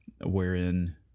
wherein